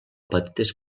petites